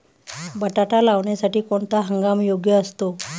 बटाटा लावण्यासाठी कोणता हंगाम योग्य असतो?